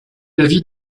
l’avis